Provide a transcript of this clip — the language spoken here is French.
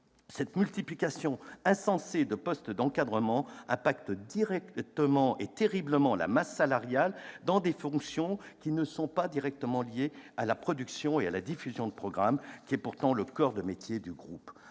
Cette multiplication insensée de postes d'encadrement impacte terriblement la masse salariale, pour des fonctions qui ne sont pas directement liées à la production et à la diffusion de programmes, le coeur de métier du groupe.